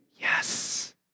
yes